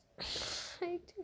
ꯍꯩꯇꯦ